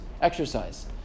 exercise